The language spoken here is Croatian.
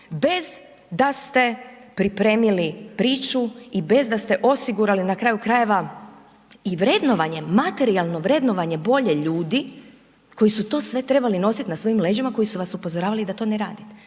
bez da ste pripremili priču i bez da ste osigurali na kraju krajeva i vrednovanje, materijalno vrednovanje volje ljudi koji su to sve trebali nosit na svojim leđima koji su vas upozoravali da to ne radite,